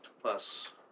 plus